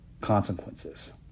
consequences